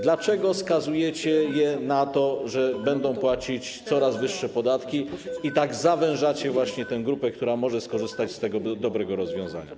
Dlaczego skazujecie je na to, że będą płacić coraz wyższe podatki, i tak zawężacie właśnie tę grupę, która może skorzystać z tego dobrego rozwiązania?